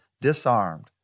disarmed